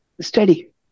steady